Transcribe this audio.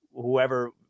whoever